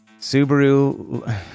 Subaru